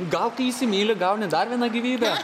gal kai įsimyli gauni dar vieną gyvybę